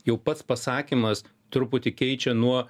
jau pats pasakymas truputį keičia nuo